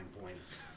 points